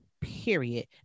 period